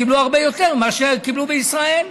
קיבלו הרבה יותר מאשר קיבלו בישראל.